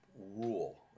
rule